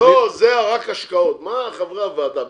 אין כללים שמגיעים לאישור הוועדה.